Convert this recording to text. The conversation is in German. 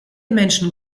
menschen